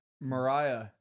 Mariah